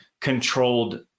controlled